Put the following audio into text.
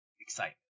excitement